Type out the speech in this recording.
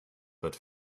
but